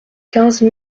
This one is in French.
quinze